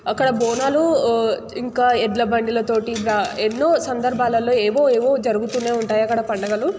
అక్కడ బోనాలు ఇంకా ఎడ్ల బండిలతోటి ఎన్నో సందర్భాలలో ఏవో ఏవో జరుగుతూనే ఉంటాయి అక్కడ పండగలు